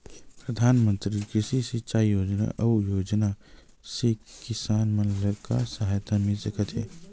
प्रधान मंतरी कृषि सिंचाई योजना अउ योजना से किसान मन ला का सहायता मिलत हे?